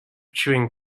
chewing